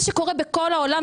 מה שקורה בכל העולם,